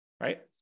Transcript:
right